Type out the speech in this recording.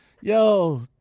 Yo